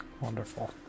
Wonderful